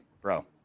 bro